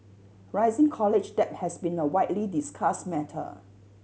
rising college debt has been a widely discussed matter